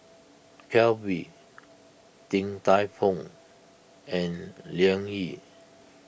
Calbee Din Tai Fung and Liang Yi